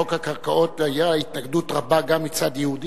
לחוק הקרקעות היתה התנגדות רבה גם מצד יהודים,